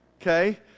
Okay